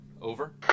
Over